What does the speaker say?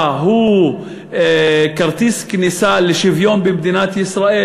הוא כרטיס כניסה לשוויון במדינת ישראל,